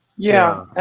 yeah,